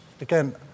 Again